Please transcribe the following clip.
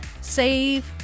save